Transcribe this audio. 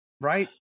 right